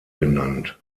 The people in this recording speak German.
benannt